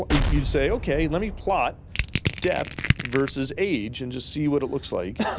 ah yeah say, okay, let me plot depth versus age and just see what it looks like,